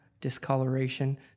discoloration